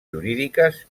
jurídiques